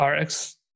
Rx